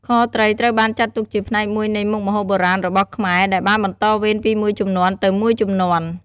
ខត្រីត្រូវបានចាត់ទុកជាផ្នែកមួយនៃមុខម្ហូបបុរាណរបស់ខ្មែរ ដែលបានបន្តវេនពីមួយជំនាន់ទៅមួយជំនាន់។